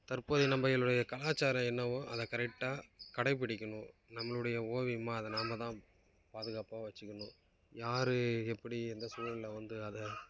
தற்போது நம்பளோ உடைய கலாச்சாரம் என்னவோ அதை கரெக்டாக கடைப்பிடிக்கணும் நம்மளுடைய ஓவியமாக அதை நம்ம தான் பாதுகாப்பாக வெச்சிக்கணும் யார் எப்படி எந்த சூழலில் வந்து அதி